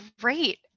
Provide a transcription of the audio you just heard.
great